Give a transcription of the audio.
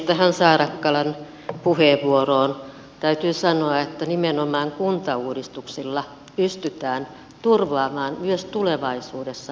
tähän saarakkalan puheenvuoroon täytyy sanoa että nimenomaan kuntauudistuksilla pystytään turvaamaan myös tulevaisuudessa kuntalaisille palvelut